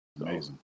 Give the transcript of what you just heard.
Amazing